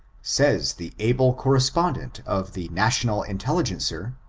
says the able correspondent of the national intelligencer